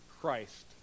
Christ